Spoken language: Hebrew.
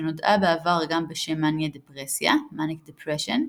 שנודעה בעבר גם בשם מאניה דפרסיה Manic depression,